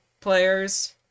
players